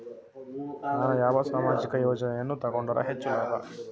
ನಾನು ಯಾವ ಸಾಮಾಜಿಕ ಯೋಜನೆಯನ್ನು ತಗೊಂಡರ ಹೆಚ್ಚು ಲಾಭ?